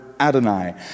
Adonai